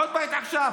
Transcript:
עוד בית עכשיו.